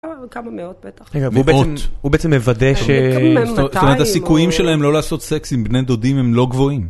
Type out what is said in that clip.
כמה מאות בטח. הוא בעצם מוודא שהסיכויים שלהם לא לעשות סקס עם בני דודים הם לא גבוהים.